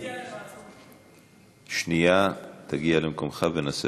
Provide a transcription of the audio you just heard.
מציע: לוועדת, שנייה, תגיע למקומך ונעשה